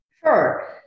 Sure